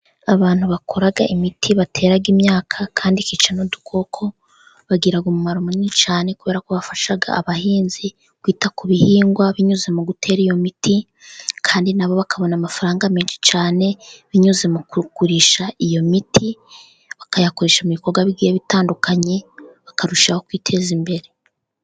Abantu bakora imiti batera imyaka kandi ikica n'udukoko, bagira umumaro munini cyane kubera ko bafasha abahinzi kwita ku bihingwa binyuze mu gutera iyo miti, kandi na bo bakabona amafaranga menshi cyane binyuze mu kugurisha iyo miti, bakayakoresha mu bikorwa bigiye bitandukanye, bakarushaho kwiteza imbere.